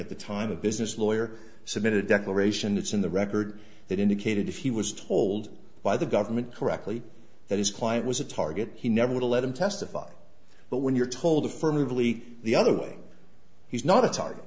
at the time a business lawyer submitted a declaration it's in the record that indicated he was told by the government correctly that his client was a target he never would let him testify but when you're told affirmatively the other way he's not a tar